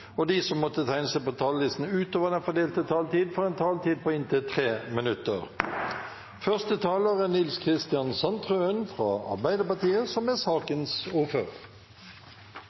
og de som måtte tegne seg på talerlisten utover den fordelte taletid, får en taletid på inntil 3 minutter.